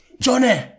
Johnny